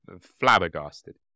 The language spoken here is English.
flabbergasted